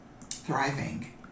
thriving